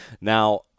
now